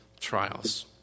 trials